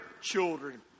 children